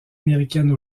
américaines